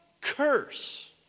curse